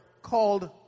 called